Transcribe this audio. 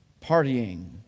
partying